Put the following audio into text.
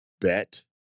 bet